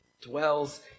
dwells